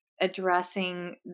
addressing